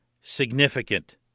significant